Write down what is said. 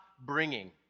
bringing